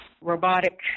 robotic